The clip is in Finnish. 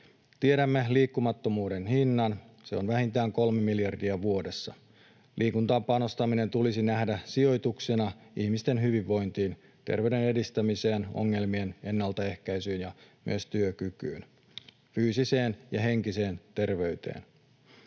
Tiedämme liikkumattomuuden hinnan. Se on vähintään kolme miljardia vuodessa. Liikuntaan panostaminen tulisi nähdä sijoituksena ihmisten hyvinvointiin, terveyden edistämiseen, ongelmien ennaltaehkäisyyn ja myös työkykyyn, fyysiseen ja henkiseen terveyteen.